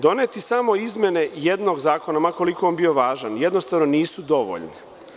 Doneti samo izmene samo jednog zakona, ma koliko on bio važan, jednostavno nisu dovoljne.